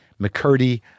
McCurdy